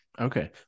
Okay